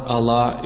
Allah